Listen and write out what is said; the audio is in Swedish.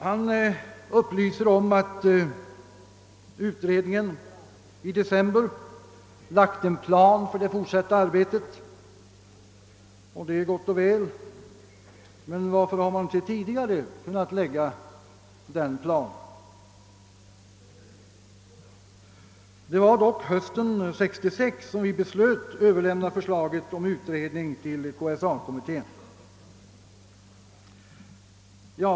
Han upplyste om att utredningen i december framlade en plan för det fortsatta arbetet. Detta är visserligen gott och väl, men varför har inte denna plan framlagts tidigare? Det var dock på hösten 1966 som riksdagen beslöt överlämna förslaget om utredning till KSA-kommittén.